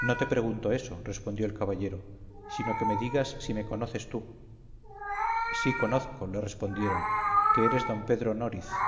no te pregunto eso respondió el caballero sino que me digas si me conoces tú sí conozco le respondieron que eres don pedro noriz